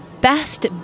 best